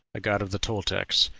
a god of the toltecs,